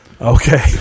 Okay